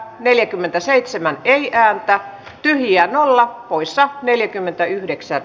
neljäkymmentäseitsemän peliään ja dianalla puissa hyväksyttiin